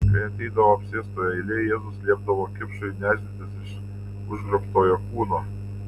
kai ateidavo apsėstojo eilė jėzus liepdavo kipšui nešdintis iš užgrobtojo kūno